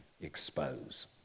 Expose